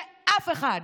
שאף אחד,